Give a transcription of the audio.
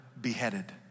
beheaded